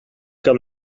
kan